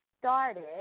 started